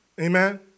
Amen